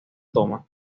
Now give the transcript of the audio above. toma